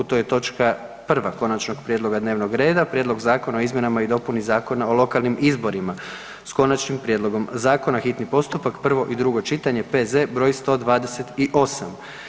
To je točka 1. Konačnog prijedloga dnevnog reda, Prijedlog zakona o izmjenama i dopuni Zakona o lokalnim izborima s konačnim prijedlogom zakona, hitni postupak, prvo i drugo čitanje, P.Z. br. 128.